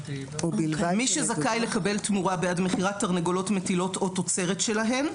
מי שזכאי לקבל תמורה בעד מכירת תרנגולות מטילות או תוצרת שלהן,